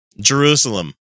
Jerusalem